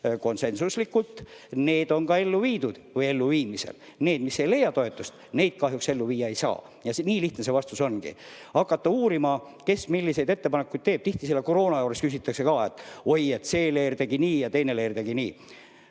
konsensuslikult, need on ellu viidud või elluviimisel. Neid, mis ei leia toetust, kahjuks ellu viia ei saa. Nii lihtne see vastus ongi. Hakata uurima, et kes milliseid ettepanekuid teeb, noh, tihti selle koroona puhul öeldakse ka, et oi see leer tegi nii ja teine leer tegi naa.